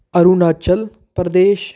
Arunachal Pradesh